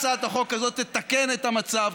הצעת החוק הזאת תתקן את המצב,